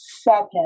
second